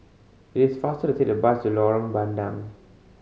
it is faster to take the bus to Lorong Bandang